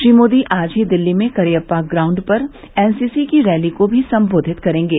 श्री मोदी आज ही दिल्ली में करियप्पा ग्राउण्ड पर एनसीसी की रैली को भी संबोधित करेंगे